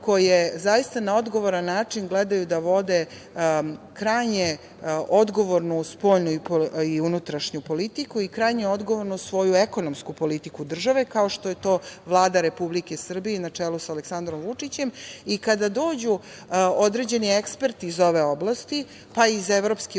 koje zaista na odgovoran način gledaju da vode krajnje odgovornu spoljnu i unutrašnju politiku i krajnje odgovorno svoju ekonomsku politiku države, kao što je to Vlada Republike Srbije na čelu sa Aleksandrom Vučićem. Kada dođu određeni eksperti iz ove oblasti, pa i iz EU, prvo